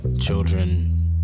children